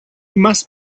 must